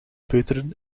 peuteren